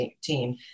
team